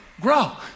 grow